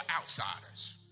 outsiders